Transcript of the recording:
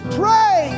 pray